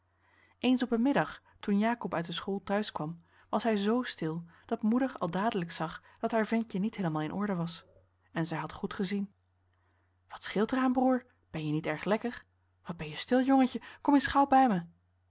eens op een middag toen jacob uit de school thuis kwam was hij z stil dat moeder al dadelijk zag dat haar ventje niet heelemaal in orde was en zij had goed gezien henriette van noorden weet je nog wel van toen wat scheelt er aan broer ben je niet erg lekker wat ben je stil jongentje kom eens gauw bij mij